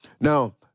Now